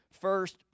first